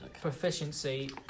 proficiency